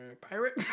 pirate